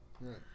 Right